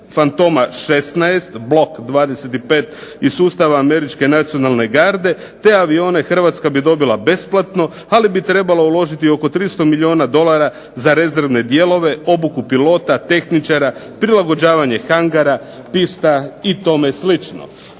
Fantoma 16 blok 25 iz sustava Američke nacionalne garde. Te avione bi Hrvatska dobila besplatno ali bi trebalo uložiti oko 300 milijuna dolara za rezervne dijelove, obuku pilota, tehničara, prilagođavanje hangara, pista i tome slično".